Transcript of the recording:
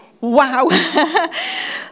wow